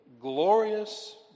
glorious